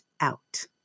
out